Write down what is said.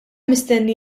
mistenni